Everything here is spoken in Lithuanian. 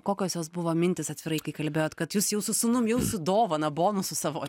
kokios jos buvo mintys atvirai kai kalbėjot kad jūs jau su sūnum jau su dovana bonusu savo